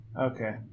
Okay